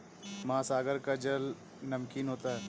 महासागर का जल नमकीन होता है